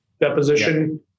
deposition